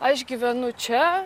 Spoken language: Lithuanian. aš gyvenu čia